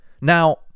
Now